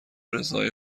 رضای